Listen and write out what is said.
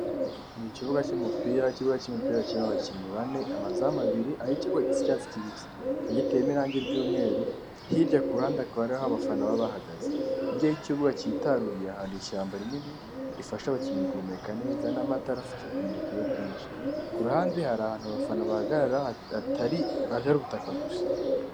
Ni ikibuga cy'umupira, ikibuga cy'umupira kirimo abakinnyi bane, amazamu abiri aho ikigo gis a icyatsi kibisi kikaba giteyemo irangi ry'umweru, hirya ku ruhande akaba ari abafana baba bahagaze, hirya aho ikibuga cyitaruriye ahantu ishyamba rinini rifasha abakinnyi guhumeka neza n'amatarafasha kumurika iyo bwije, ku ruhande hari ahantu abafana bahagarara hatari ubutaka gusa.